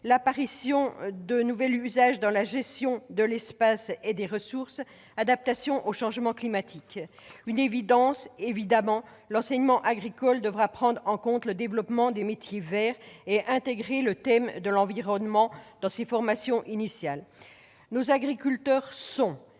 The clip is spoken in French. l'apparition de nouveaux usages dans la gestion de l'espace et des ressources, ou l'adaptation au changement climatique. Une évidence saute ici yeux, l'enseignement agricole devra prendre en compte le développement des métiers verts et intégrer le thème de l'environnement dans ses formations initiales. Nos agriculteurs sont